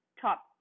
top